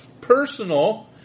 personal